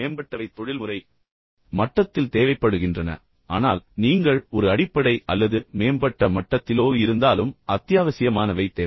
மேம்பட்டவை தொழில்முறை மட்டத்தில் தேவைப்படுகின்றன ஆனால் நீங்கள் ஒரு அடிப்படை அல்லது மேம்பட்ட மட்டத்திலோ இருந்தாலும் அத்தியாவசியமானவை தேவை